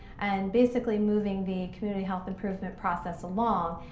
and basically, moving the community health improvement process along.